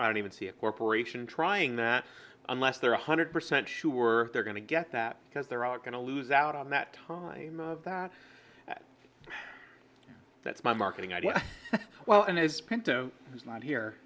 i don't even see a corporation trying that unless they're one hundred percent sure they're going to get that because they're all going to lose out on that time that that's my marketing idea well and is pinto is not here